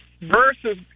versus